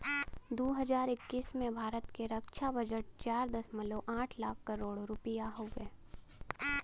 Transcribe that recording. दू हज़ार इक्कीस में भारत के रक्छा बजट चार दशमलव आठ लाख करोड़ रुपिया हउवे